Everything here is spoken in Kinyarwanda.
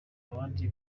abandi